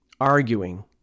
arguing